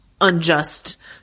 unjust